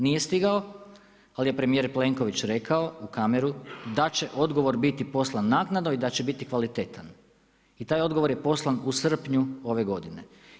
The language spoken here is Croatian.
Nije stigao ali je premijer Plenković rekao u kameru da će odgovor biti poslan naknadno i da će biti kvalitetan i taj odgovor je poslan u srpnju ove godine.